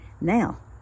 Now